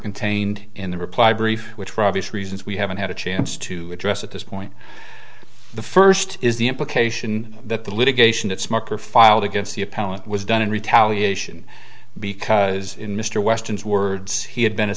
contained in the reply brief which for obvious reasons we haven't had a chance to address at this point the first is the implication that the litigation that smoker filed against the appellant was done in retaliation because mr weston's words he had been a